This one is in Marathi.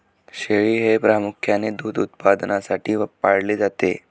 शेळी हे प्रामुख्याने दूध उत्पादनासाठी पाळले जाते